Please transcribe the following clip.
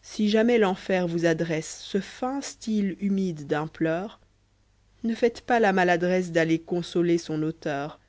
si jamais l'enfer vous adresse ce fin style humide d'un pleur ne faites pas la maladresse d'aller consoler son auteur